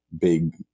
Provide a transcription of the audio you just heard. big